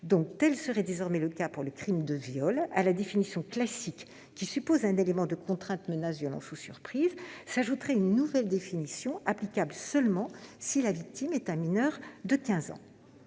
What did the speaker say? Tel serait désormais le cas aussi pour le crime de viol : à la définition classique, qui suppose un élément de contrainte, de menace, de violence ou de surprise s'ajouterait une nouvelle définition, qui ne sera applicable que si la victime est un mineur de 15 ans.